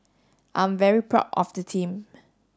I'm very proud of the team